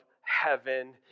heaven